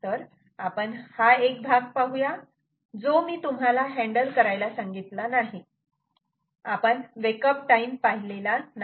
तर आपण हा एक भाग पाहूया जो मी तुम्हाला हॅण्डल करायला सांगितला नाही आपण वेक अप टाईम पाहिला नाही